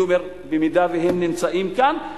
אני אומר: אלה שנמצאים כאן,